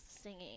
singing